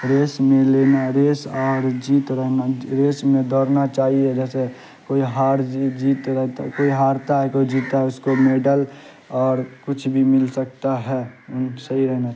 race میں لینا race اور جیت رہنا ریس میں دوڑنا چاہیے جیسے کوئی ہار جیت جیت رہتا کوئی ہارتا ہے کوئی جیتتا ہے اس کو میڈل اور کچھ بھی مل سکتا ہے صحیح ہے نا